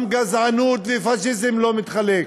גם גזענות ופאשיזם לא מתחלקים.